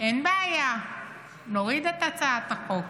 אין בעיה, נוריד את הצעת החוק.